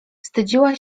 wstydziła